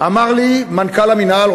אמר לי מנכ"ל המינהל,